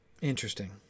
Interesting